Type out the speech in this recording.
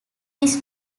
this